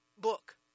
book